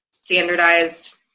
standardized